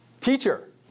Teacher